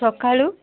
ସକାଳୁ